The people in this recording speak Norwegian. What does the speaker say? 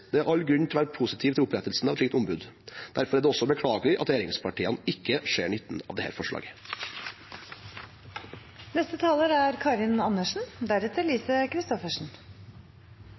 Det er all grunn til å være positiv til opprettelsen av et slikt ombud. Derfor er det også beklagelig at regjeringspartiene ikke ser nytten av dette forslaget. For SV er det viktig at varslingsbestemmelsene faktisk virker. Alle er